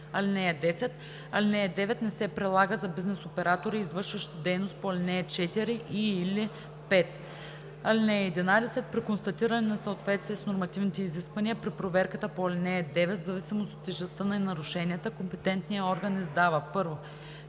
(10) Алинея 9 не се прилага за бизнес оператори, извършващи дейност по ал. 4 и/или 5. (11) При констатиране на несъответствие с нормативните изисквания при проверката по ал. 9, в зависимост от тежестта на нарушенията, компетентният орган издава: 1.